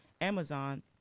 Amazon